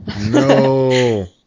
No